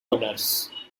owners